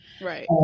Right